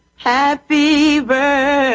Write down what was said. happy birthday.